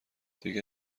دیگه